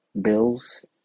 bills